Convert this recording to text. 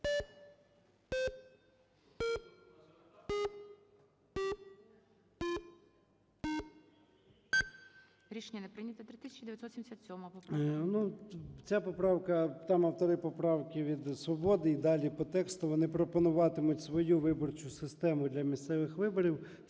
Рішення не прийнято. 3977 поправка.